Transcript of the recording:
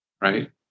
right